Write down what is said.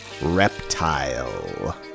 Reptile